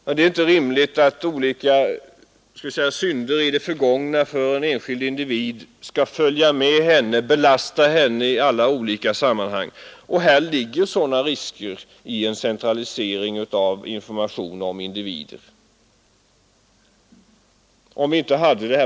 Det är ju inte rimligt att en enskild individs ”synder i det förgångna” skall följa och belasta honom i alla senare sammanhang. Men det finns sådana risker vid en registrering och centralisering av informationen om individerna.